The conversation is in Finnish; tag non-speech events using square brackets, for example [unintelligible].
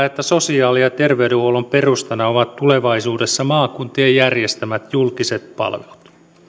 [unintelligible] että sosiaali ja terveydenhuollon perustana ovat tulevaisuudessa maakuntien järjestämät julkiset palvelut